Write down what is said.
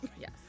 Yes